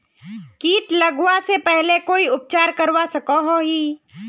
किट लगवा से पहले कोई उपचार करवा सकोहो ही?